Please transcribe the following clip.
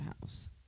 house